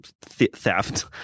theft